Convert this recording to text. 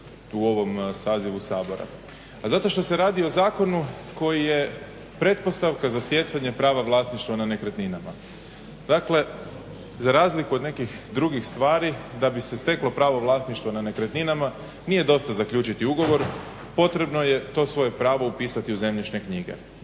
u ovom sazivu Sabora zato što se radi o zakonu koji je pretpostavka za stjecanje prava vlasništva na nekretninama. Dakle, za razliku od nekih drugih stvari da bi se steklo pravo vlasništva na nekretninama nije dosta zaključiti ugovor, potrebno je to svoje pravo upisati u zemljišne knjige.